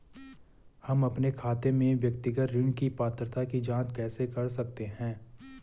हम अपने खाते में व्यक्तिगत ऋण की पात्रता की जांच कैसे कर सकते हैं?